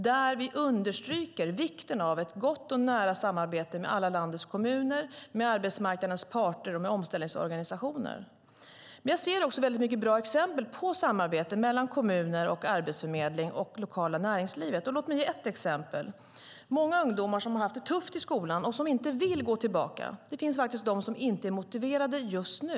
Där understryker vi vikten av ett gott och nära samarbete mellan alla landets kommuner, arbetsmarknadens parter och omställningsorganisationer. Men jag ser också väldigt många bra exempel på samarbete mellan kommuner, arbetsförmedling och det lokala näringslivet. Låt mig ge ett exempel. Det finns många ungdomar som har haft det tufft i skolan och som inte vill gå tillbaka. Det finns faktiskt de som inte är motiverade just nu.